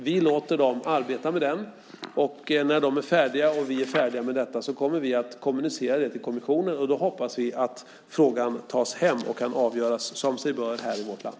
Vi låter dem arbeta med den, och när de och vi är färdiga med detta kommer vi att kommunicera detta till kommissionen. Då hoppas vi att frågan tas hem och kan avgöras som sig bör här i vårt land.